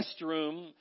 restroom